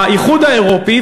האיחוד האירופי,